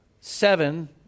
seven